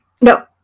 No